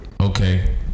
Okay